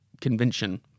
Convention